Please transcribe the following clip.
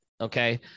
Okay